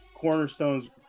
cornerstones